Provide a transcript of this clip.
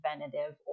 preventative